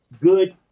Good